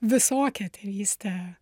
visokią tėvystę